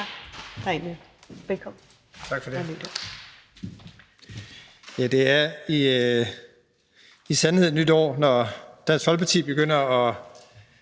Tak